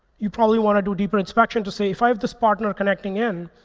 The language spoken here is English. you probably want to do deeper inspection to say, if i have this partner connecting in,